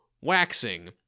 waxing